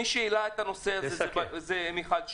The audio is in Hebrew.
מי שהעלה את הנושא הזה היא מיכל שיר.